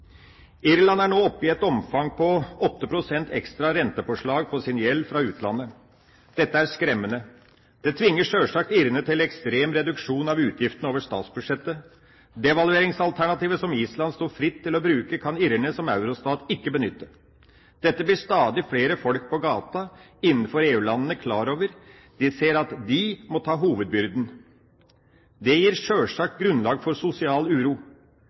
Irland er nå oppe i et omfang på 8 pst. ekstra rentepåslag på sin gjeld fra utlandet. Dette er skremmende. Det tvinger sjølsagt irene til ekstrem reduksjon av utgiftene over statsbudsjettet. Devalueringsalternativet som Island sto fritt til å bruke, kan Irland som eurostat ikke benytte. Dette blir stadig flere folk på gata innenfor EU-landene klar over. De ser at de må ta hovedbyrden. Det gir sjølsagt grunnlag for sosial uro.